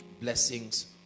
blessings